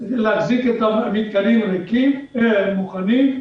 להחזיק את המתקנים מוכנים,